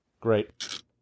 Great